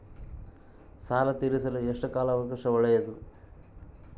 ಸಾಲ ತೇರಿಸಲು ಎಷ್ಟು ಕಾಲ ಅವಕಾಶ ಒಳ್ಳೆಯದು?